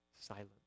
silent